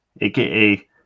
AKA